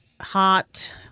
hot